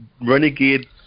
renegade